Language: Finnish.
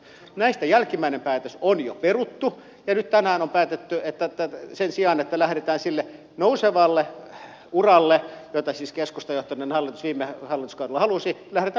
näistä jälkimmäinen päätös on jo peruttu ja nyt tänään on päätetty että sen sijaan että lähdettäisiin sille nousevalle uralle jota siis keskustajohtoinen hallitus viime hallituskaudella halusi vähentää